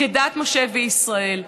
כדת משה וישראל.